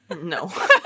No